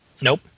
Nope